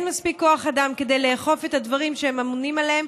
אין מספיק כוח אדם כדי לאכוף את הדברים שהם אמונים עליהם,